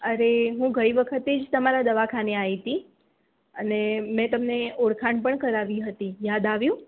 અરે હું ગઈ વખતે જ તમારા દવાખાને આવી હતી અને મેં તમને ઓળખાણ પણ કરાવી હતી યાદ આવ્યું